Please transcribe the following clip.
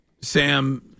Sam